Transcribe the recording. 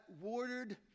watered